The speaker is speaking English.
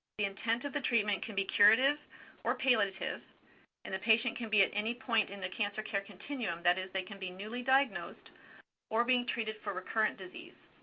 the intent of the treatment can be curative or palliative and the patient can be at any point in the cancer care continuum. that is, they can be newly diagnosed or being treated for recurrent disease.